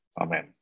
amen